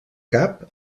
cap